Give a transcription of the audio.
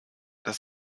das